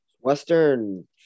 Western